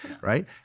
Right